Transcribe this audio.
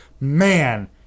man